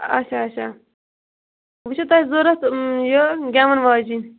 اَچھا اَچھا وۅنۍ چھُو تۄہہِ ضروٗرت یہِ گٮ۪وَن واجیٚنۍ